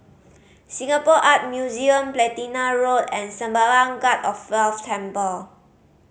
Singapore Art Museum Platina Road and Sembawang God of Wealth Temple